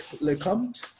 LeComte